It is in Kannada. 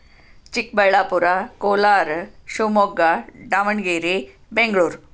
ಚಿಕ್ಕಬಳ್ಳಾಪುರ ಕೋಲಾರ ಶಿವಮೊಗ್ಗ ದಾವಣಗೆರೆ ಬೆಂಗಳೂರು